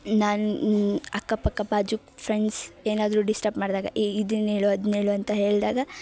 ನನ್ನ ಅಕ್ಕ ಪಕ್ಕ ಬಾಜು ಫ್ರೆಂಡ್ಸ್ ಏನಾದರು ಡಿಸ್ಟಪ್ ಮಾಡಿದಾಗ ಏ ಇದನ್ನು ಹೇಳು ಅದ್ನ ಹೇಳು ಅಂತ ಹೇಳಿದಾಗ